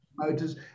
motors